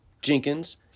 Jenkins